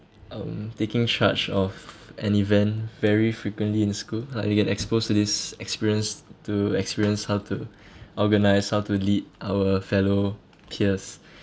um taking charge of an event very frequently in school like you get exposed to this experience to experience how to organise how to lead our fellow peers